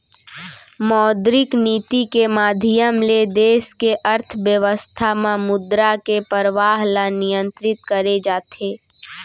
मौद्रिक नीति के माधियम ले देस के अर्थबेवस्था म मुद्रा के परवाह ल नियंतरित करे जाथे